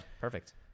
perfect